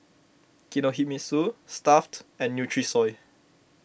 Kinohimitsu Stuff'd and Nutrisoy